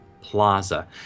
Plaza